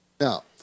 Now